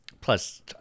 Plus